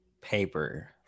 paper